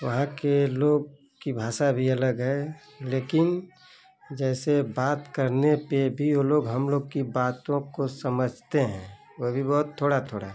वहाँ के लोग की भाषा भी अलग है लेकिन जैसे बात करने पर भी वो लोग हम लोग की बातों को समझते हैं वो भी बहुत थोड़ा थोड़ा